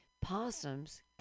Possums